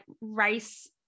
race